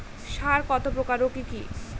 সার কত প্রকার ও কি কি?